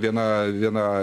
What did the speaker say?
viena vieną